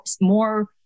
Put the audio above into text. more